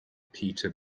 pieter